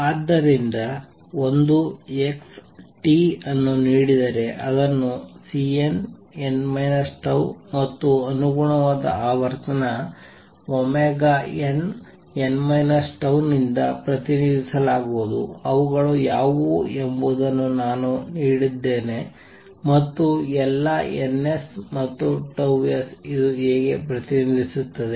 ಆದ್ದರಿಂದ ಒಂದು x ಅನ್ನು ನೀಡಿದರೆ ಅದನ್ನು Cnn τ ಮತ್ತು ಅನುಗುಣವಾದ ಆವರ್ತನ nn τ ನಿಂದ ಪ್ರತಿನಿಧಿಸಲಾಗುವುದು ಅವುಗಳು ಯಾವುವು ಎಂಬುದನ್ನು ನಾನು ನೀಡಿದ್ದೇನೆ ಮತ್ತು ಎಲ್ಲಾ ns ಮತ್ತು 's ಇದು ಹೇಗೆ ಪ್ರತಿನಿಧಿಸುತ್ತದೆ